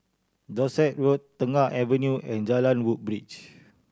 Dorset Road Tengah Avenue and Jalan Woodbridge